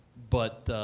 but